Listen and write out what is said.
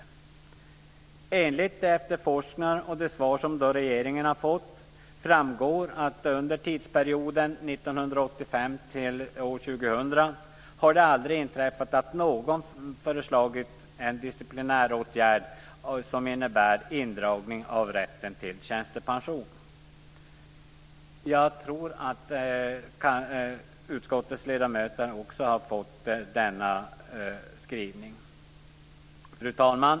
Enligt efterforskningar och de svar som regeringen har fått framgår att under tidsperioden 1985-2000 har det aldrig inträffat att någon har förelagts en disciplinär åtgärd som innebär indragning av rätten till tjänstepension. Jag tror att utskottets ledamöter också har fått denna skrivelse.